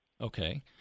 Okay